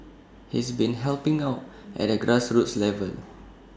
he's been helping out at the grassroots level